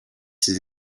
ses